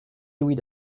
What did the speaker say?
louis